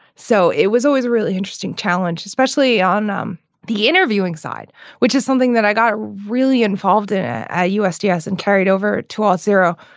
so it was always a really interesting challenge especially on um the interviewing side which is something that i got really involved in ah ah usgs and carried over towards zero.